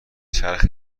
چرخ